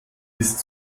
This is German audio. ist